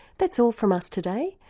that's all from us today,